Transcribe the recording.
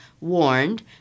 warned